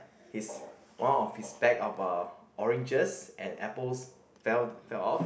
his one of his bag of uh oranges and apples fell fell off